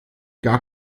gar